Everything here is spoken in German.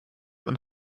und